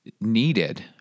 needed